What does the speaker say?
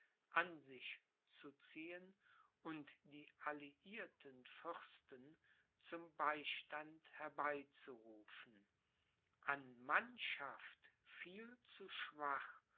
an sich zu ziehen und die alliierten fürsten zum beistand herbeizurufen an mannschaft viel zu schwach